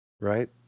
Right